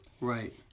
right